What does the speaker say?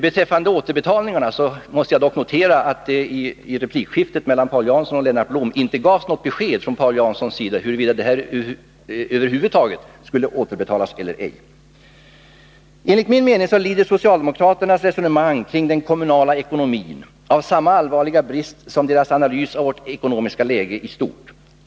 Beträffande återbetalningarna måste jag dock notera att Paul Jansson i replikskiftet med Lennart Blom inte gav något besked om huruvida sådana över huvud taget skulle komma att ske. Enligt min mening lider socialdemokraternas resonemang om den kommunala ekonomin av samma allvarliga brist som deras analys av vårt ekonomiska läge i stort.